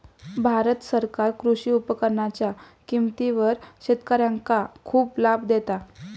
भारत सरकार कृषी उपकरणांच्या किमतीवर शेतकऱ्यांका खूप लाभ देता